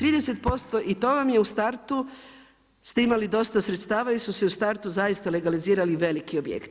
30% i to vam je u startu, ste imali dosta sredstava jer su se u startu zaista legalizirali veliki objekti.